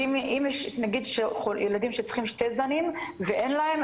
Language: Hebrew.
אם יש ילדים שצריכים שני זנים ואין להם,